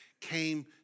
came